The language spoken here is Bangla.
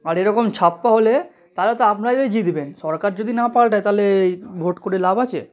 আর এরকম ছাপ্পা হলে তাহলে তো আপনারারাই জিতবেন সরকার যদি না পাল্টায় তাহলে এই ভোট করে লাভ আছে